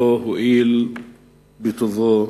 לא הואיל בטובו